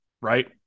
right